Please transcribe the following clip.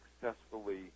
successfully